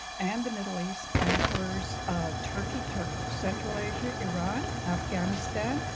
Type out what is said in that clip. and the middle east, and covers turkey, turkic central asia, iran, afghanistan,